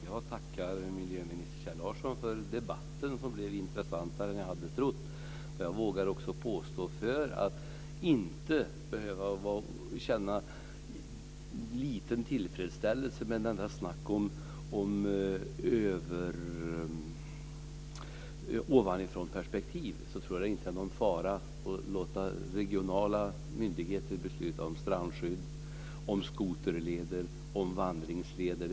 Fru talman! Jag tackar miljöminister Kjell Larsson för debatten, som blev intressantare än jag hade trott. För att man inte ska behöva känna en liten tillfredsställelse med detta snack om ovanifrånperspektiv så vågar jag också påstå att jag inte tror att det är någon fara med att låta regionala myndigheter besluta om strandskydd, om skoterleder och om vandringsleder.